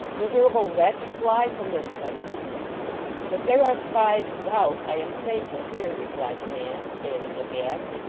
miserable wretch! fly from this place if there are spies without, i am safer here replied the man, standing aghast.